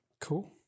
cool